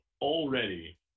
already